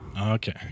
Okay